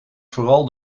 vooral